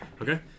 Okay